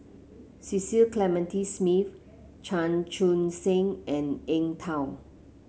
Cecil Clementi Smith Chan Chun Sing and Eng Tow